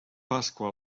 pasqua